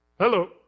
Hello